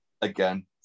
Again